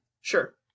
Sure